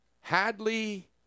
Hadley